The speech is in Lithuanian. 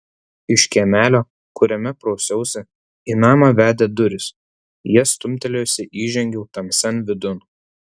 iš kiemelio kuriame prausiausi į namą vedė durys jas stumtelėjusi įžengiau tamsian vidun